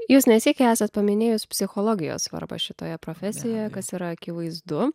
jūs ne sykį esant paminėjus psichologijos svarbą šitoje profesijoje kas yra akivaizdu